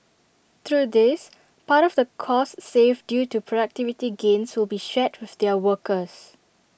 through this part of the costs saved due to productivity gains will be shared with their workers